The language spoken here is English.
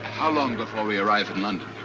how long before we arrive in london?